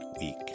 week